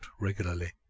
regularly